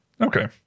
Okay